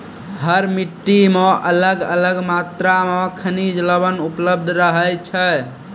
हर मिट्टी मॅ अलग अलग मात्रा मॅ खनिज लवण उपलब्ध रहै छै